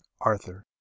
Arthur